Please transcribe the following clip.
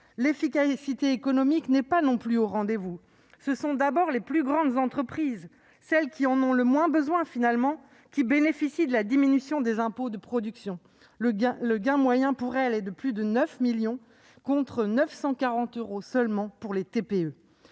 L'efficacité économique n'est pas non plus au rendez-vous. Ce sont d'abord les plus grandes entreprises, celles qui en ont finalement le moins besoin, qui bénéficient de la diminution des impôts de production. Pour elles, le gain moyen est de plus de 9 millions d'euros, contre 940 euros seulement pour les très